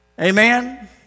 Amen